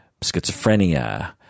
schizophrenia